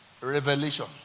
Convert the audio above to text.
Revelation